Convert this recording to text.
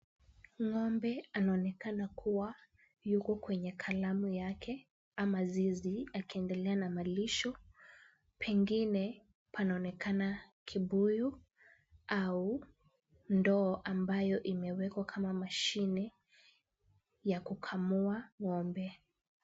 Ng'ombe anaonekana kuwa yuko kwenye kalamu yake ama zizi akiendelea na malisho, pengine panaonekana kibuyu au ndoo ambayo imewekwa kama mashine ya kukamua ng'ombe.